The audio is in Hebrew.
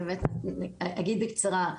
באמת אגיד בקצרה.